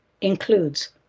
includes